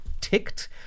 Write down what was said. ticked